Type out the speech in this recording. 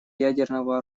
ядерного